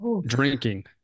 Drinking